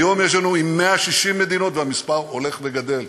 היום יש לנו עם 160 מדינות, והמספר הולך וגדל.